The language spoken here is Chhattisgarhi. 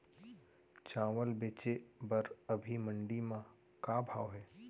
चांवल बेचे बर अभी मंडी म का भाव हे?